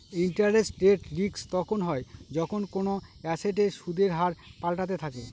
interest rate risk তখন হয় যখন কোনো এসেটের সুদের হার পাল্টাতে থাকে